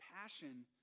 passion